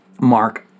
Mark